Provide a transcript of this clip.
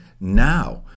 now